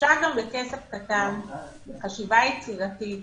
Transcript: אפשר גם בכסף קטן ובחשיבה יצירתית